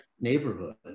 neighborhood